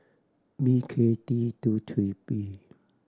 B K T two three P